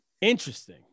interesting